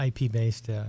IP-based